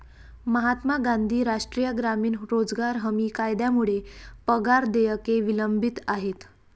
महात्मा गांधी राष्ट्रीय ग्रामीण रोजगार हमी कायद्यामुळे पगार देयके विलंबित आहेत